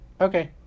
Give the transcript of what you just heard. Okay